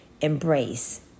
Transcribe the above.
embrace